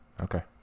okay